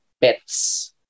pets